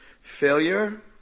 failure